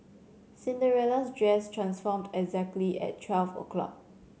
Cinderella's dress transformed exactly at twelve o'clock